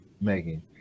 Megan